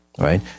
Right